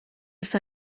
ist